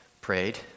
prayed